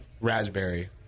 raspberry